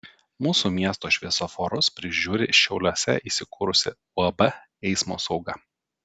mūsų miesto šviesoforus prižiūri šiauliuose įsikūrusi uab eismo sauga